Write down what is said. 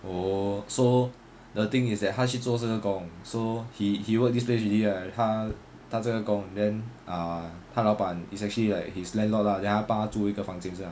oh so the thing is that 他去做这个工 so he he worked this place already right 他他这个工 then ah 他老板 is actually like his landlord lah then 她帮他租一个房间这样